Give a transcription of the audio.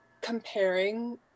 comparing